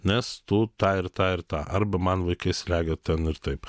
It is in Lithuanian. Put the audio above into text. nes tu tą ir tą ir tą arba man vaikai slegia ten ir taip